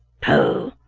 pooh!